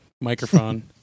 microphone